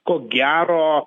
ko gero